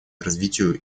развитию